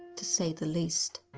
to say the least.